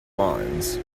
lines